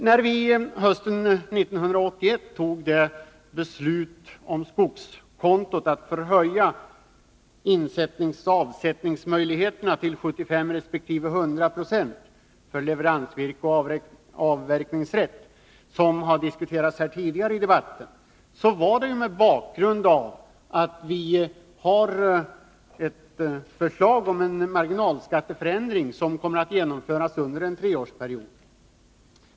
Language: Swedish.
När vi hösten 1981 fattade beslut om att höja insättningsoch avsättningsmöjligheterna till 75 resp. 100 90 för leveransvillkor och avverkningsrätt, som har diskuterats tidigare i debatten, var det mot bakgrund av att vi hade ett förslag om en marginalskatteförändring som kommer att genomföras under en treårsperiod.